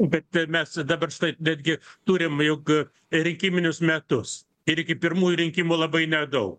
bet mes dabar štai betgi turim juk rinkiminius metus ir iki pirmųjų rinkimų labai nedaug